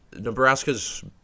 Nebraska's